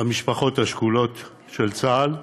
המשפחות השכולות של צה"ל,